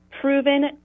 proven